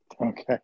okay